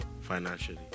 financially